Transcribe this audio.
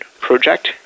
Project